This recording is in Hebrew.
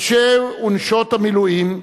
אנשי ונשות המילואים,